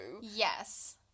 Yes